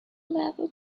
level